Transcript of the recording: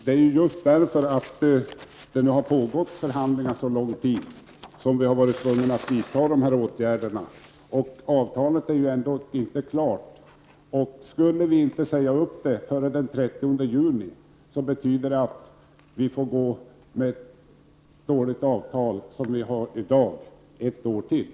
Det är just för att förhandlingarna har pågått så lång tid som vi har varit tvungna att vidta dessa åtgärder. Avtalet är ändock inte klart. Skulle vi inte säga upp det före den 30 juni, betyder det att vi får behålla ett så dåligt avtal som det vi har i dag ett år till.